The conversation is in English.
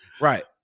right